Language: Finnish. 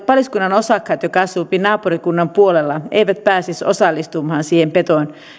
paliskunnan osakkaat jotka asuvat naapurikunnan puolella eivät pääsisi osallistumaan siihen petojen